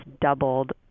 doubled